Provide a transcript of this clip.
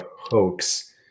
hoax